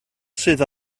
sydd